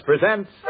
presents